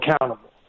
accountable